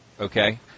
Okay